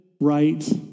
right